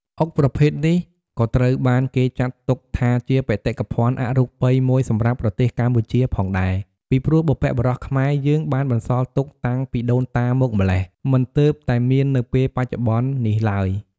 អុកប្រភេទនេះ ក៏ត្រូវបានគេចាត់ទុកថាជាបេតិកភណ្ឌអរូបីមួយសម្រាប់ប្រទេសកម្ពុជាផងដែរ ពីព្រោះបុព្វបុរសខ្មែរយើងបានបន្សល់ទុកតាំងពីដូនតាមកម្លេះ មិនទើបតែមាននៅពែលបច្ចុប្បន្ននេះឡើយ។